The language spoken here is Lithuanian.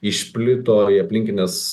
išplito į aplinkines